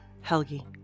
Helgi